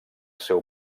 seu